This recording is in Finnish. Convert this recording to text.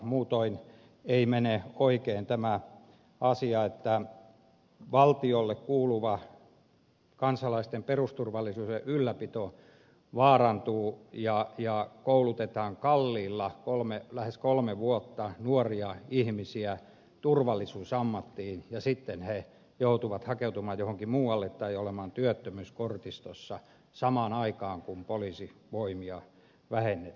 muutoin ei mene oikein tämä asia että valtiolle kuuluva kansalaisten perusturvallisuuden ylläpito vaarantuu ja koulutetaan kalliilla lähes kolme vuotta nuoria ihmisiä turvallisuusammattiin ja sitten he joutuvat hakeutumaan johonkin muualle tai olemaan työttömyyskortistossa samaan aikaan kun poliisit poimijat vähene e